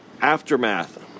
aftermath